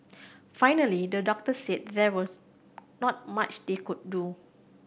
finally the doctors said there was not much they could do